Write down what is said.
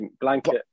Blanket